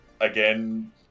again